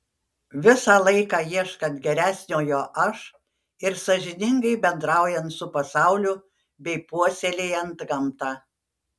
visą laiką ieškant geresniojo aš ir sąžiningai bendraujant su pasauliu bei puoselėjant gamtą